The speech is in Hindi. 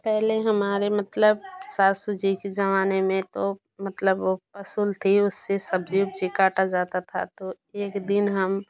पहले हमारे मतलब सासू जी के जमाने में तो मतलब वो असूल थी उससे सब्जी उब्जी काटा जाता था तो एक दिन हम